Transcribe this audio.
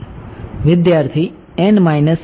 વિદ્યાર્થી n 12